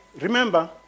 Remember